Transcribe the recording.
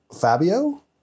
Fabio